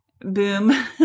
boom